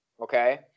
okay